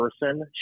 person